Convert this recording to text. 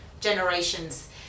generations